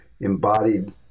embodied